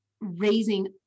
raising